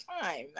time